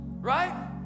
Right